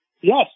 Yes